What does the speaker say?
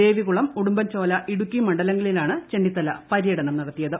ദേവികുളം ഉടുമ്പൻചോല ഇടുക്കി മുണ്ഡലങ്ങളിലാണ് ചെന്നിത്തല പര്യടനം നടത്തിയത്